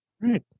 Right